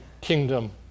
kingdom